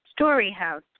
StoryHouse